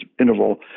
interval